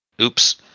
Oops